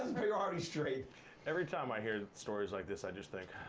priorities straight every time i hear stories like this, i just think,